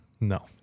No